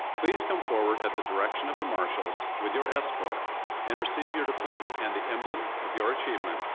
please come forward at the direction of the marshals with your escort and receive your diploma and the emblem of your achievement,